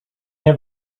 have